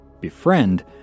befriend